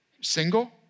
Single